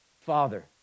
Father